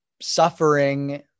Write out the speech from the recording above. suffering